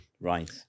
Right